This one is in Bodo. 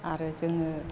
आरो जोङो